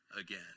again